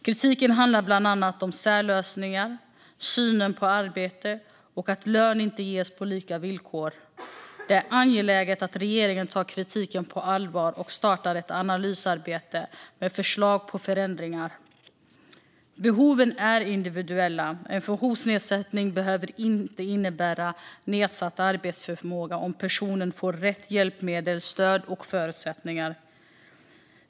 Kritiken handlar bland annat om särlösningar, synen på arbete och att lön inte ges på lika villkor. Det är angeläget att regeringen tar kritiken på allvar och startar ett analysarbete med förslag på förändringar. Behoven är individuella. En funktionsnedsättning behöver inte innebära nedsatt arbetsförmåga om personen får rätt hjälpmedel, stöd och förutsättningar.